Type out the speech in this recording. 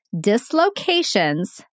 dislocations